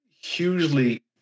hugely